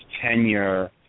tenure